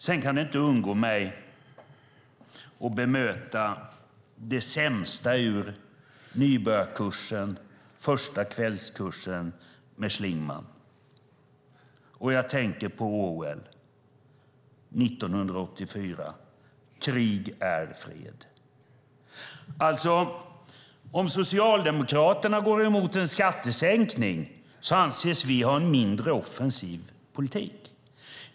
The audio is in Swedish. Sedan kan jag inte låta bli att bemöta det sämsta ur nybörjarkursen, första kvällskursen, med Schlingmann. Jag tänker på Orwell och 1984 , krig är fred. Om Socialdemokraterna går emot en skattesänkning anses vi ha en mindre offensiv politik.